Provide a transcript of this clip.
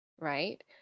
right